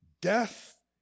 Death